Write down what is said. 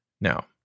Now